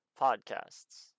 podcasts